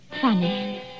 Funny